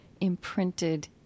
imprinted